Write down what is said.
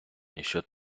ніщо